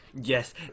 Yes